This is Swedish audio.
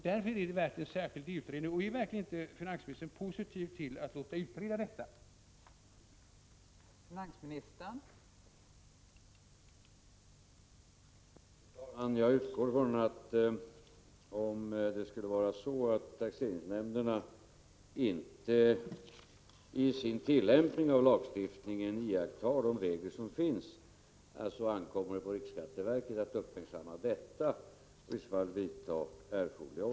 Därför är denna fråga värd en särskild utredning. Är verkligen inte finansministern positiv till att låta utreda om tolkningen leder till en diskriminering av kvinnor?